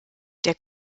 der